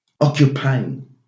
occupying